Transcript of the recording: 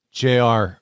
JR